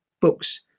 books